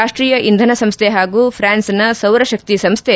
ರಾಷೀಯ ಇಂಧನ ಸಂಸ್ಥೆ ಹಾಗೂ ಫ್ರಾನ್ಸ್ನ ಸೌರಶಕ್ಷಿ ಸಂಸ್ಥೆ